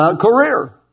career